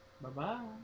Bye-bye